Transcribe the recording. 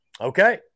okay